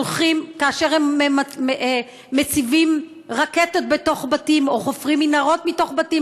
כאשר הם מציבים רקטות בתוך בתים או חופרים מנהרות מתוך בתים,